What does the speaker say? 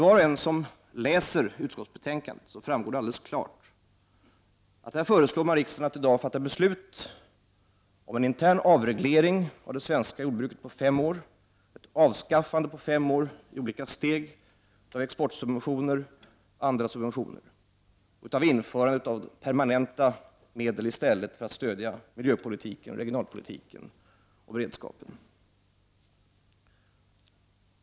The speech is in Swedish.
Av utskottsbetänkandet framgår alldeles klart att riksdagen föreslås att i dag fatta beslut om en intern avreglering av det svenska jordbruket på fem år, ett avskaffande på fem år i olika steg av exportsubventioner och andra subventioner och införande av permanenta medel för att stödja regionalpolitiken, miljöpolitiken och beredskapen.